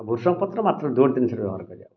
ଭୃସଙ୍ଗପତ୍ର ମାତ୍ର ଦୁଇଟି ଜିନିଷରେ ବ୍ୟବହାର କରିହେବ